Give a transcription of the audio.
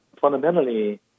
fundamentally